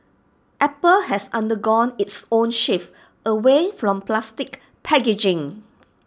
apple has undergone its own shift away from plastic packaging